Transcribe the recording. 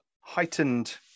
heightened